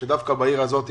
שדווקא בעיר הזאת,